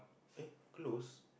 eh close